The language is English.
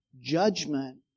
judgment